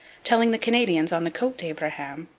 telling the canadians on the cote d'abraham,